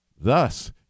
thus